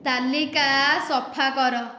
ତାଲିକା ସଫା କର